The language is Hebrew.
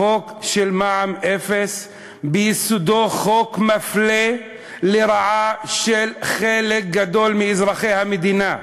החוק של מע"מ אפס הוא ביסודו חוק שמפלה לרעה חלק גדול מאזרחי המדינה,